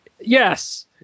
yes